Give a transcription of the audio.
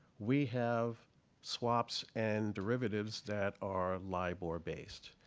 we have swaps and derivatives that are libor based.